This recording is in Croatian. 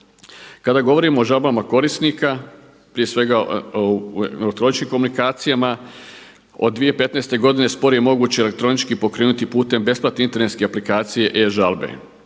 Kada govorimo o žalbama korisnika prije svega o elektroničkim komunikacijama od 2015. godine spor je moguće elektronički pokrenuti putem besplatne elektronske aplikacije e-žalbe.